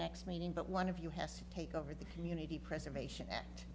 next meeting but one of you has to take over the community preservation a